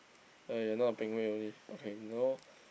!aiya! not Ping-Wei only okay no